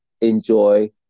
enjoy